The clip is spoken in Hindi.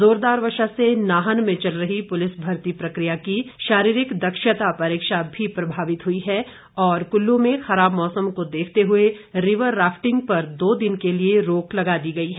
जोरदार वर्षा से नाहन में चल रही पुलिस भर्ती प्रक्रिया की शारीरिक दक्षता परीक्षा भी प्रभावित हुई है और कुल्लू में खराब मौसम को देखते हुए रिवर राफ्टिंग पर दो दिनों के लिये रोक लगा दी गई है